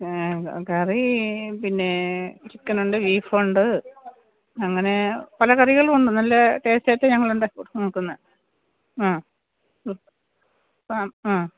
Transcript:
കറീ പിന്നെ ചിക്കനുണ്ട് ബീഫുണ്ട് അങ്ങനെ പല കറികളും ഉണ്ട് നല്ല ടേസ്റ്റായിട്ട് ഞങ്ങളെന്താ നോക്കുന്നത് ആ ആ ആ ആ